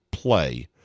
play